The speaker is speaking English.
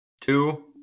two